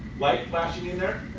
light flashing in there?